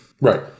Right